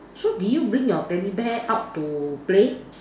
so did you bring your teddy bear out to play